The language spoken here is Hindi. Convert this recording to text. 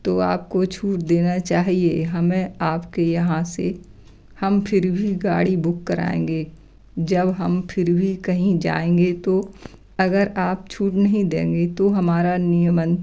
तो आप को छूट देना चाहिए हमें आप के यहाँ से हम फिर भी गाड़ी बुक कराएंगे जब हम फिर भी कहीं जाएंगे तो अगर आप छूट नहीं देंगे तो हमारा नियमन